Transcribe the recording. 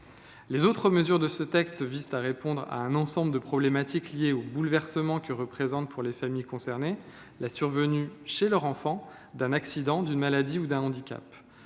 de cette proposition de loi visent à répondre à un ensemble de problématiques liées aux bouleversements que représente, pour les familles concernées, la survenue chez leur enfant d’un accident, d’une maladie ou d’un handicap.